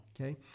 Okay